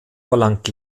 verlangt